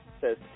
says